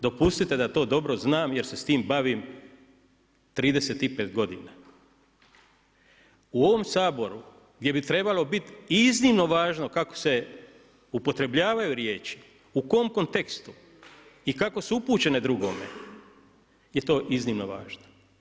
Dopustite da to dobro znam, jer se s tim bavim 35 g. U ovom Saboru, gdje bi trebalo biti iznimno važno kako se upotrjebljavaju riječi u kojem kontekstu i kako su upućeno drugome je iznimno važno.